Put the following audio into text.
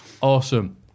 Awesome